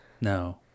No